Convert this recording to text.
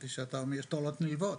חשבתי שאתה אומר שיש תועלות נלוות.